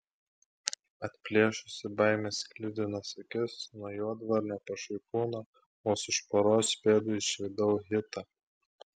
atplėšusi baimės sklidinas akis nuo juodvarnio pašaipūno vos už poros pėdų išvydau hitą